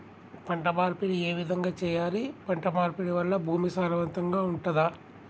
పంట మార్పిడి ఏ విధంగా చెయ్యాలి? పంట మార్పిడి వల్ల భూమి సారవంతంగా ఉంటదా?